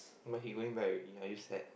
but he going back already are you sad